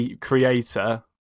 creator